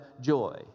joy